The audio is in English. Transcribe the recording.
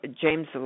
James